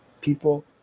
people